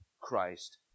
Christ